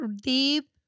deep